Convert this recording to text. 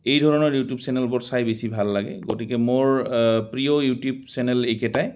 এই ধৰণৰ ইউটিউব চেনেলবোৰ চাই বেছি ভাল লাগে গতিকে মোৰ প্ৰিয় ইউটিউব চেনেল এইকেটাই